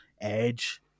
Edge